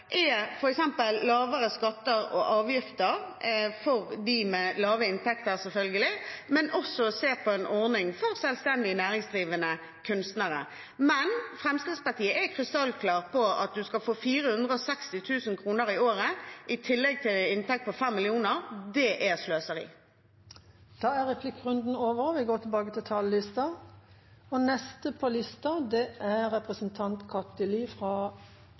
er f.eks. lavere skatter og avgifter for dem med lave inntekter, selvfølgelig, og også å se på en ordning for selvstendig næringsdrivende kunstnere. Fremskrittspartiet er krystallklar på at å få 460 000 kr i året i tillegg til en inntekt på 5 mill. kr er sløseri. Replikkordskiftet er over. Et kulturliv der alle har mulighet til å delta, krever at vi støtter dem som lager og